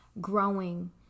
growing